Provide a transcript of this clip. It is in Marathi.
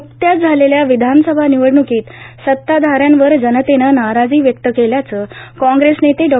वुकत्याच झालेल्या विधानसभा विवडणुकीत सत्ताधाऱ्यांवर जवतेनं नाराजी व्यक्त केल्याचं काँग्रेस बेते डॉ